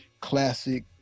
classic